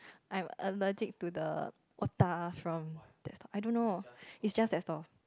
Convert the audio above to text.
I'm allergic to the otah from that stall I don't know it's just that stall